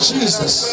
Jesus